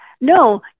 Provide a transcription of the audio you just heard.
no